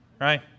Right